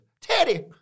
Teddy